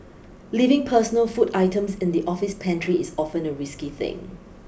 leaving personal food items in the office pantry is often a risky thing